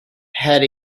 had